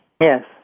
Yes